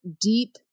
deep